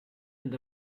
and